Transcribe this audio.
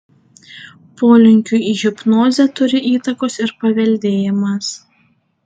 polinkiui į hipnozę turi įtakos ir paveldėjimas